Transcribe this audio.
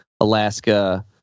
Alaska